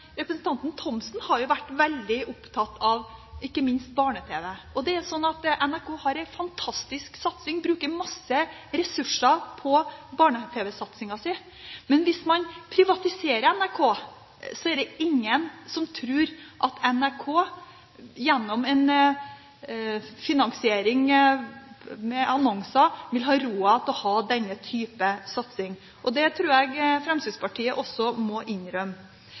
representanten Thomsen, ikke minst, har vært veldig opptatt av barne-tv. Det er sånn at NRK har en fantastisk satsing og bruker masse ressurser på barne-tv-satsingen sin. Men hvis man privatiserer NRK, er det ingen som tror at NRK gjennom en finansiering med annonser, vil ha råd til å ha denne typen satsing. Det tror jeg Fremskrittspartiet også må innrømme.